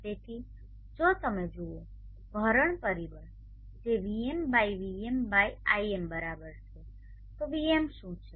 તેથી જો તમે જુઓ ભરણ પરિબળ જે Vm by Vm by Im બરાબર છે Vm શુ છે